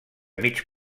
mig